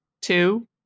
two